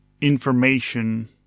information